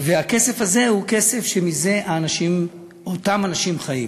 והכסף הזה, מזה האנשים, אותם אנשים, חיים.